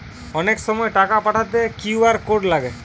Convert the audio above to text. অনেক সময় টাকা পাঠাতে কিউ.আর কোড লাগে